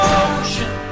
ocean